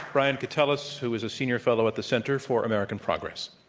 brian katulis, who is a senior fellow at the center for american progress.